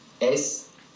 es